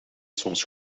soms